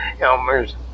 Elmer's